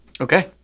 Okay